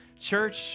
Church